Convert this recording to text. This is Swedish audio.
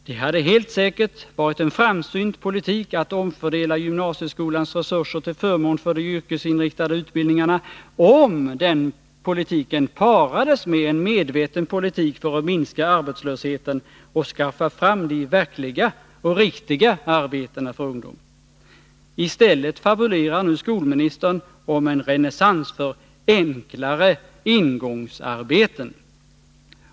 Det hade helt säkert varit en framsynt politik att omfördela gymnasieskolans resurser till förmån för de yrkesinriktade utbildningarna, om den politiken parades med en medveten politik för att minska arbetslösheten och skaffa fram de verkliga och riktiga arbetena för ungdom. I stället fabulerar nu skolministern om en renässans för ”enklare ingångsarbeten”.